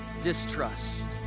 distrust